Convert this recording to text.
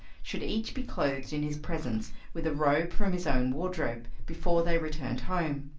should each be clothed in his presence with a robe from his own wardrobe before they returned home.